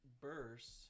burst –